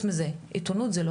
מעבר לכך, עיתונות זה לא